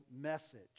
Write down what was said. message